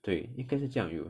对应该是酱油